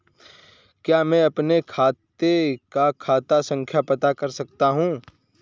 क्या मैं अपने खाते का खाता संख्या पता कर सकता हूँ?